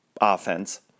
offense